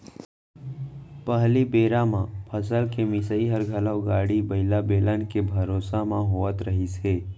पहिली बेरा म फसल के मिंसाई हर घलौ गाड़ी बइला, बेलन के भरोसा म होवत रहिस हे